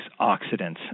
oxidants